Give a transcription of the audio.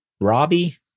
Robbie